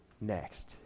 next